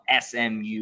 SMU